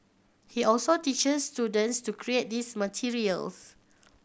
he also teaches students to create these materials